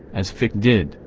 as fichte did,